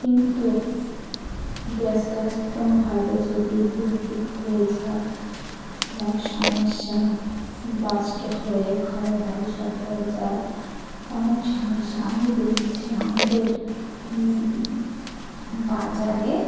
কিন্তু গ্যাসটা কোনোভাবে যদি লিক টিক হয়ে যায় আর এক সমস্যা হয়ে ঘর বাাড়ি সব ধরে যায় অনেক সমস্যা আমি দেখেছি আমাদের বাজারে